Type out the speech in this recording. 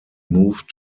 moved